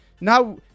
Now